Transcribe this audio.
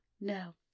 No